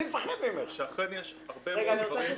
אני יכול להגיד בקצרה שאכן יש הרבה דברים שמבוצעים